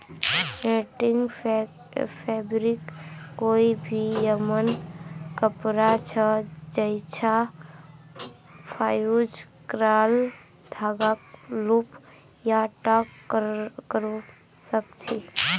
netting fabric कोई भी यममन कपड़ा छ जैइछा फ़्यूज़ क्राल धागाक लूप या नॉट करव सक छी